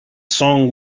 song